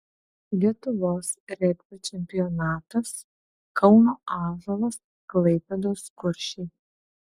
lietuvos regbio čempionatas kauno ąžuolas klaipėdos kuršiai